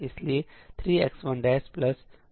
इसलिए 3x11x217